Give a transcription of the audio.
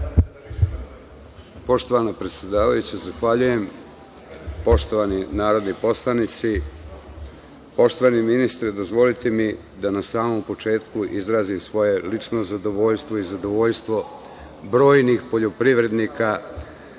Poštovana predsedavajuća, zahvaljujem, poštovani narodni poslanici, poštovani ministri, dozvolite mi da na samom početku izrazim svoje lično zadovoljstvo i zadovoljstvo brojnih poljoprivrednika,